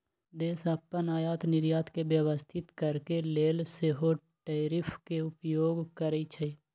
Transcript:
देश अप्पन आयात निर्यात के व्यवस्थित करके लेल सेहो टैरिफ के उपयोग करइ छइ